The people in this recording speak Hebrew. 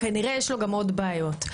כנראה שיש לו עוד בעיות.